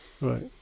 Right